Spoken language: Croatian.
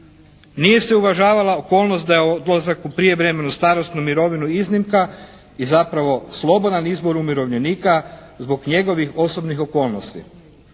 Nije se uvažavala okolnost da je odlazak u prijevremenu starosnu mirovinu iznimka i zapravo slobodan izbor umirovljenika zbog njegovih osobnih okolnosti.